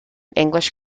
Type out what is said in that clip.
english